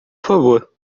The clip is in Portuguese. favor